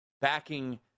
backing